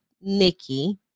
Nikki